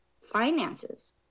finances